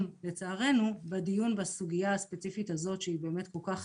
לצערנו בדיון בסוגייה הספציפית הזאת שהיא כל כך